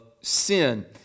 sin